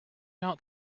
out